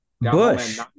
Bush